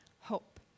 hope